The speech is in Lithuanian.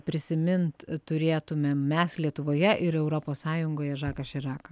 prisimint turėtumėm mes lietuvoje ir europos sąjungoje žaką širaką